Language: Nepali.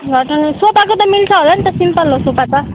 हजुर सोफाको त मिल्छ होला नि त सिम्पल हो सोफा त